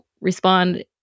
respond